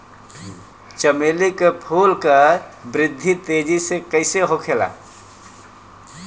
चमेली क फूल क वृद्धि तेजी से कईसे होखेला?